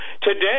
today